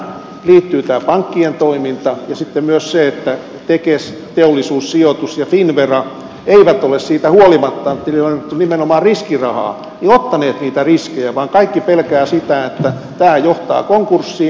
tähän liittyy tämä pankkien toiminta ja sitten myös se että tekes teollisuussijoitus ja finnvera eivät ole siitä huolimatta että niille on annettu nimenomaan riskirahaa ottaneet niitä riskejä vaan kaikki pelkäävät sitä että tämä johtaa konkurssiin